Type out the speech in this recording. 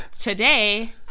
Today